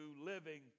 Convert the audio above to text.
living